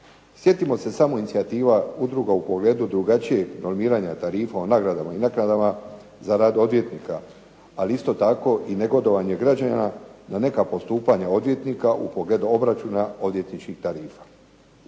Sjetimo se samo inicijativa udruga u pogledu drugačijeg normiranja tarifa i naknadama za rad odvjetnika, ali isto tako i negodovanje građanina da neka postupanja odvjetnika u pogledu obračuna odvjetničkih tarifa.